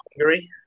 Hungary